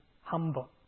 humble